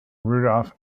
rudolph